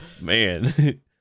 man